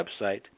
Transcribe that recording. website